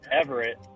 Everett